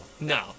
No